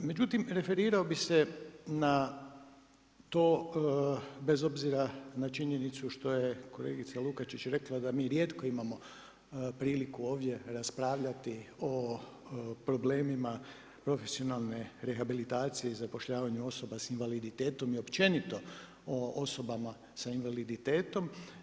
Međutim, referirao bi se na to bez obzira na činjenicu što je kolegica Lukačić rekla da mi rijetko imamo priliku ovdje raspravljati o problemima profesionalne rehabilitacije i zapošljavanje osoba sa invaliditetom i općenito o osobama sa invaliditetom.